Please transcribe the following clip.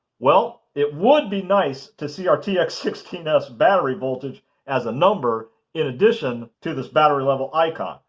well, it would be nice to see our t x one six s battery voltage as a number in addition to this battery level icon.